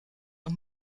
und